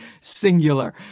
singular